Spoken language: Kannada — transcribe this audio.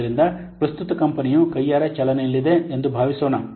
ಆದ್ದರಿಂದ ಪ್ರಸ್ತುತ ಕಂಪನಿಯು ಕೈಯಾರೆ ಚಾಲನೆಯಲ್ಲಿದೆ ಎಂದು ಭಾವಿಸೋಣ